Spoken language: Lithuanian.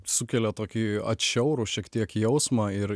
sukelia tokį atšiaurų šiek tiek jausmą ir